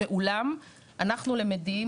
ואולם אנחנו למדים,